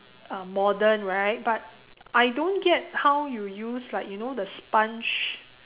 um modern right but I don't get how you use like you know the sponge